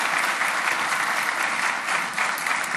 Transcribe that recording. (מחיאות כפיים)